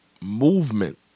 movement